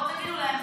בואו תגידו להם,